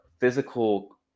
physical